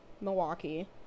Milwaukee